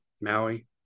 Maui